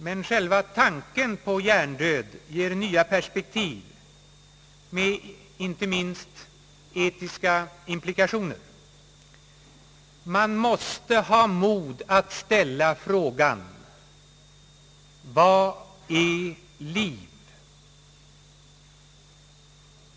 Men själva tanken på hjärndöd ger nya perspektiv med inte minst etiska implikationer. Man måste ha mod att ställa frågan: Vad är liv?